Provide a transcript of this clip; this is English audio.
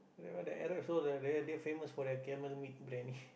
the Arab also they very they famous for their camel meat biryani